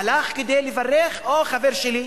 הלך כדי לברך: אוה, חבר שלי.